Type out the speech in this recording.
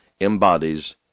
embodies